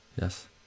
Yes